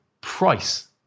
price